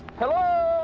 hello?